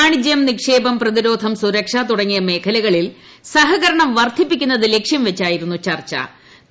വാണിജ്യം നിക്ഷേപം പ്രതിരോധം സുരക്ഷ തുടങ്ങിയ മേഖലകളിൽ സഹകരണം വർദ്ധിപ്പിക്കുന്നത് ലക്ഷ്യംവച്ചായിരുന്നു ചർച്ചു